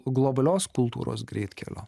globalios kultūros greitkelio